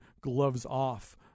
gloves-off